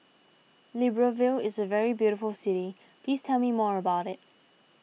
Libreville is a very beautiful city please tell me more about it